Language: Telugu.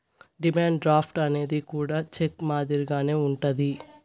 డిమాండ్ డ్రాఫ్ట్ అనేది కూడా చెక్ మాదిరిగానే ఉంటది